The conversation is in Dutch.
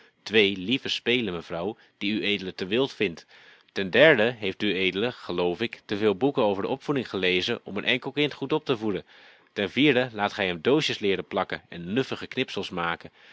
twee lieve spelen mevrouw die ued te wild vindt ten derde heeft ued geloof ik te veel boeken over de opvoeding gelezen om een enkel kind goed op te voeden ten vierde laat gij hem doosjes leeren plakken en nuffige knipsels maken